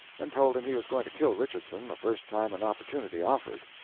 and told him he was going to kill richardson the first time an opportunity offered.